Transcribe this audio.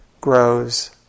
grows